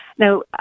Now